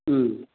ꯎꯝ